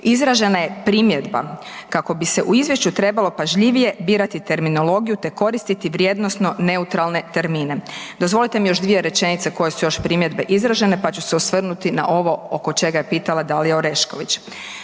izražena je primjedba kako bi se u izvješću trebalo pažljivije birati terminologiju te koristiti vrijednosno neutralne termine. Dozvolite mi još dvije rečenice koje su još primjedbe izražene pa ću se osvrnuti na ovo oko čega je pitala Dalija Orešković.